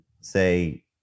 say